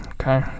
Okay